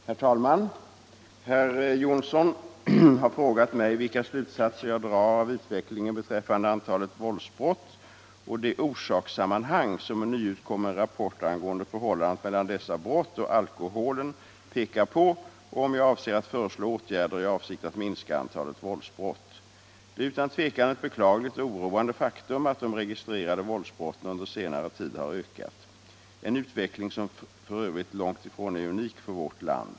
86, och anförde: Herr talman! Herr Jonsson i Alingsås har frågat mig vilka slutsatser jag drar av utvecklingen beträffande antalet våldsbrott och det orsakssammanhang som en nyutkommen rapport angående förhållandet mellan dessa brott och alkoholen pekar på och om jag avser att föreslå åtgärder i avsikt att minska antalet våldsbrott. Det är utan tvekan ett beklagligt och oroande faktum att de registrerade våldsbrotten under senare tid har ökat. En utveckling som för övrigt långt ifrån är unik för vårt land.